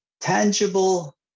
tangible